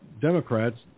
Democrats